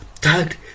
tagged